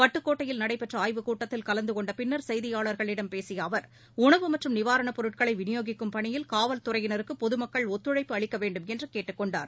பட்டுக்கோட்டையில் நடைபெற்ற ஆய்வுக் கூட்டத்தில் கலந்து கொண்ட பின்னர் செய்தியாளர்களிடம் பேசிய அவர் உணவு மற்றும் நிவாரணப் பொருட்களை விநியோகிக்கும் பணியில் காவல் துறையினருக்கு பொது மக்கள் ஒத்துழைப்பு அளிக்க வேண்டுமென்று கேட்டுக் கொண்டார்